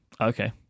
Okay